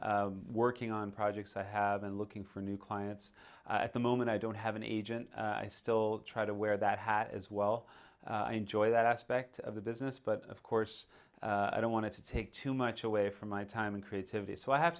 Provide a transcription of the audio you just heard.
between working on projects i have been looking for new clients at the moment i don't have an agent i still try to wear that hat as well enjoy that aspect of the business but of course i don't want to take too much away from my time and creativity so i have